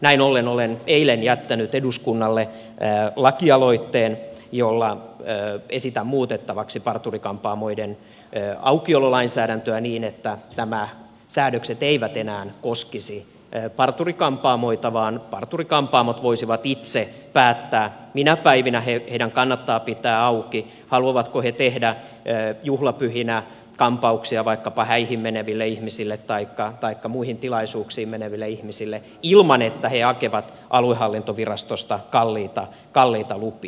näin ollen olen eilen jättänyt eduskunnalle lakialoitteen jolla esitän muutettavaksi parturi kampaamoiden aukiololainsäädäntöä niin että nämä säädökset eivät enää koskisi parturi kampaamoita vaan parturi kampaamot voisivat itse päättää minä päivinä heidän kannattaa pitää auki haluavatko he tehdä juhlapyhinä kampauksia vaikkapa häihin meneville ihmisille taikka muihin tilaisuuksiin meneville ihmisille ilman että he hakevat aluehallintovirastosta kalliita lupia